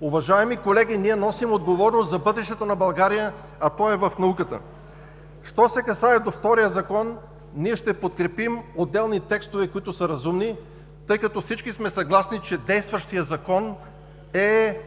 Уважаеми колеги, ние носим отговорност за бъдещето на България, а то е в науката. Що се касае до втория Закон – ние ще подкрепим отделни текстове, които са разумни, тъй като всички сме съгласни, че действащият Закон е